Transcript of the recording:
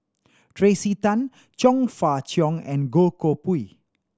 Tracey Tan Chong Fah Cheong and Goh Koh Pui